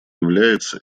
является